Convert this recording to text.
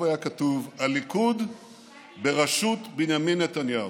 היה כתוב: הליכוד בראשות בנימין נתניהו.